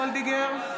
וולדיגר,